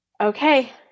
okay